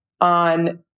On